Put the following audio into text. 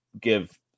give